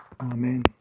Amen